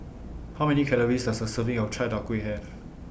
How Many Calories Does A Serving of Chai Tow Kuay Have